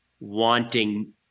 wanting